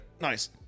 Nice